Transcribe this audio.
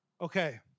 Okay